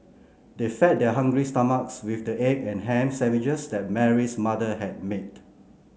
they fed their hungry stomachs with the egg and ham sandwiches that Mary's mother had made